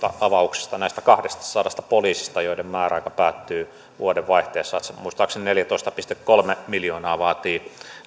avauksesta näistä kahdestasadasta poliisista joiden määräaika päättyy vuodenvaihteessa se muistaakseni neljätoista pilkku kolme miljoonaa vaatii